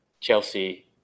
Chelsea